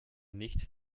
nicht